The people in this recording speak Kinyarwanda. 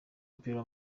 w’umupira